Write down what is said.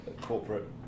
corporate